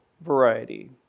variety